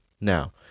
Now